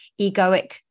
egoic